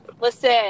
Listen